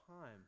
time